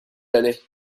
allait